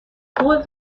قول